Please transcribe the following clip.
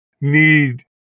need